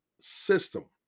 system